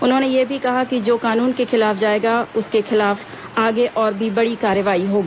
उन्होंने यह भी कहा कि जो कानून के खिलाफ जाएगा उसके खिलाफ आगे और भी बड़ी कार्रवाई होगी